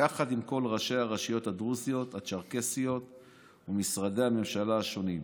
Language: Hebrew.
יחד עם כל ראשי הרשויות הדרוזיות והצ'רקסיות ומשרדי הממשלה השונים,